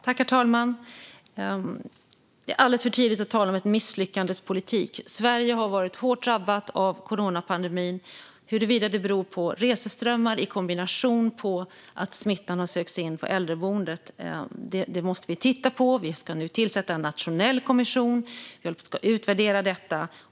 Herr talman! Det är alldeles för tidigt att tala om en misslyckandets politik. Sverige har varit hårt drabbat av coronapandemin. Huruvida det beror på reseströmmar eller på att smittan har sökt sig in på äldreboenden måste vi titta på. Vi ska nu tillsätta en nationell kommission som ska utvärdera detta.